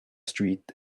street